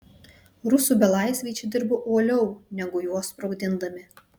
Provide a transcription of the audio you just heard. rusų belaisviai čia dirbo uoliau negu juos sprogdindami